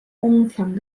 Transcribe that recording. umfang